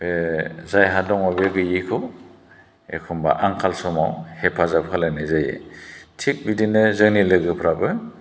बे जायहा दङ बे गैयैखौ एखनबा आंखाल समाव हेफाजाब होलायनाय जायो थिग बिदिनो जोंनि लोगोफोराबो